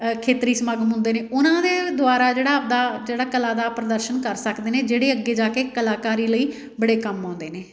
ਖੇਤਰੀ ਸਮਾਗਮ ਹੁੰਦੇ ਨੇ ਉਹਨਾਂ ਦੇ ਦੁਆਰਾ ਜਿਹੜਾ ਆਪਣਾ ਜਿਹੜਾ ਕਲਾ ਦਾ ਪ੍ਰਦਰਸ਼ਨ ਕਰ ਸਕਦੇ ਨੇ ਜਿਹੜੇ ਅੱਗੇ ਜਾ ਕੇ ਕਲਾਕਾਰੀ ਲਈ ਬੜੇ ਕੰਮ ਆਉਂਦੇ ਨੇ